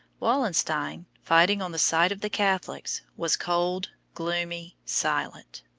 wallenstein, fighting on the side of the catholics, was cold, gloomy, silent.